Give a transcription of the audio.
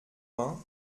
vingt